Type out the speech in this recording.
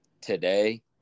today